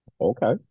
Okay